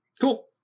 Cool